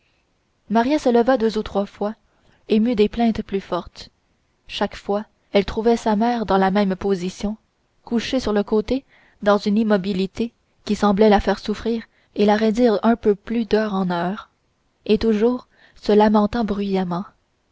maria se leva deux ou trois fois émue des plaintes plus fortes chaque fois elle trouvait sa mère dans la même position couchée sur le côté dans une immobilité qui semblait la faire souffrir et la raidir un peu plus d'heure en heure et toujours se lamentant bruyamment